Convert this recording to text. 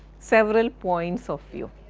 several points of view,